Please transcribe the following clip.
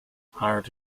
hired